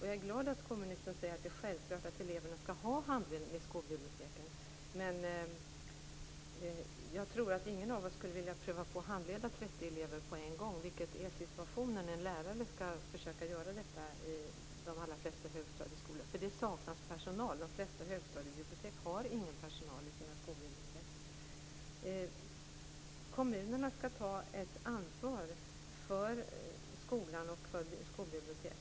Jag är glad att skolministern säger att det är självklart att eleverna skall ha handledning i skolbiblioteken. Men jag tror att ingen av oss skulle vilja pröva på att handleda 30 elever på en gång, vilket är situationen i de allra flesta högstadieskolor för de lärare som försöker göra detta. Det saknas nämligen personal. De flesta högstadiebibliotek har ingen personal i sina skolbibliotek. Kommunerna skall ta ett ansvar för skolan och för skolbiblioteken.